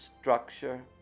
structure